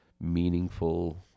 meaningful